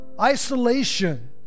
Isolation